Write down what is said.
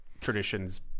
traditions